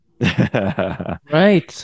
right